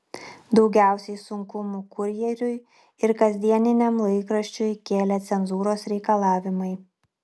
daugiausiai sunkumų kurjeriui ir kasdieniniam laikraščiui kėlė cenzūros reikalavimai